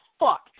fuck